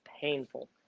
painful